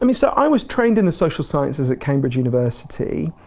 i mean so, i was trained in the social sciences at cambridge university,